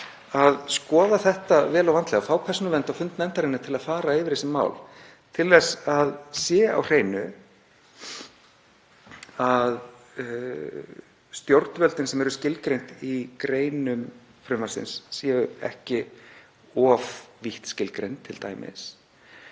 að skoða þetta vel og vandlega, fá Persónuvernd á fund nefndarinnar til að fara yfir þessi mál til að það sé á hreinu að stjórnvöldin sem skilgreind eru í greinum frumvarpsins séu t.d. ekki of vítt skilgreind.